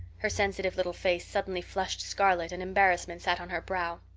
her sensitive little face suddenly flushed scarlet and embarrassment sat on her brow.